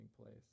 place